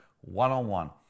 one-on-one